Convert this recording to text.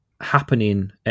happening